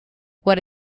what